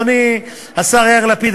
אדוני השר יאיר לפיד,